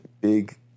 big